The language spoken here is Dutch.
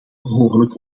behoorlijk